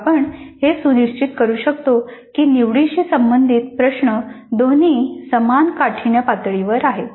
मग आपण हे सुनिश्चित करू शकतो की निवडीशी संबंधित प्रश्न दोन्ही समान काठिण्य पातळीवर आहेत